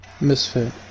Misfit